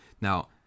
Now